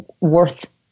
worth